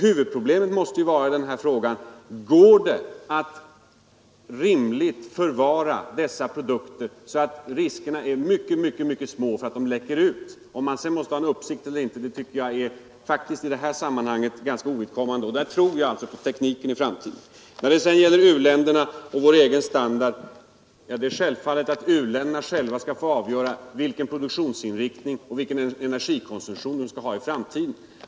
Huvudproblemet i den här frågan måste ändå vara: Går det att på ett rimligt sätt förvara dessa avfallsprodukter så att riskerna är mycket små att de läcker ut? Om man sedan måste hålla uppsikt eller inte tycker jag faktiskt i det sammanhanget är ganska ovidkommande. Jag tror där obetingat på tekniken i framtiden. När det gäller u-länderna och vår egen standard är det självklart att u-länderna själva skall få avgöra vilken produktionsinriktning och energikonsumtion de skall ha i framtiden.